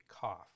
cough